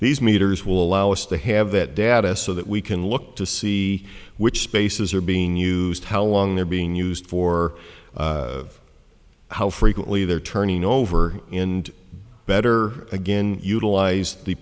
these meters will allow us to have that data so that we can look to see which spaces are being used how long they're being used for how frequently they're turning over and better again utilized the